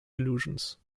illusions